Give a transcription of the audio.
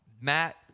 Matt